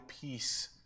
peace